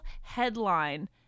headline